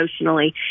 emotionally